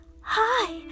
hi